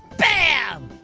bam!